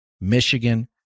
Michigan